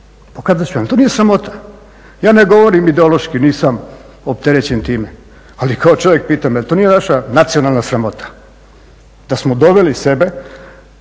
pokazat ću vam. Jel to nije sramota? Ja ne govorim ideološki, nisam opterećen time, ali kao čovjek pitam jer to nije naša nacionalna sramota da smo doveli sebe